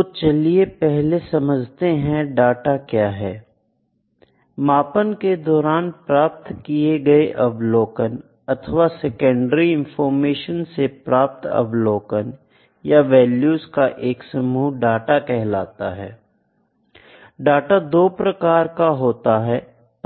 तो चलिए पहले समझते हैं डाटा क्या है मापन के दौरान प्राप्त किए गए अवलोकन अथवा सेकेंडरी इंफॉर्मेशन से प्राप्त अवलोकन या वैल्यूज का एक समूह डाटा कहलाता है डाटा दो प्रकार का होता है